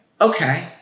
okay